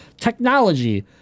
technology